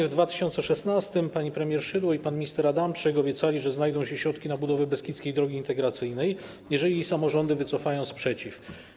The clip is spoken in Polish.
W 2016 r. pani premier Szydło i pan minister Adamczyk obiecali, że znajdą się środki na budowę Beskidzkiej Drogi Integracyjnej, jeżeli samorządy wycofają sprzeciw.